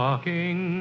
Walking